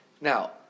Now